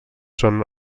són